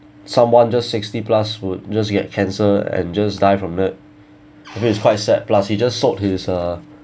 someone just sixty plus would just get cancer and just die from it I mean it's quite sad plus he just sold his uh